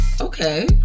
Okay